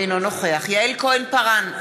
אינו נוכח יעל כהן-פארן,